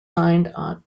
signed